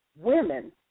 women